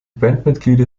bandmitglieder